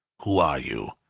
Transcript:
who are you?